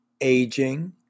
aging